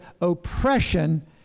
oppression